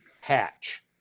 hatch